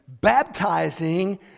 baptizing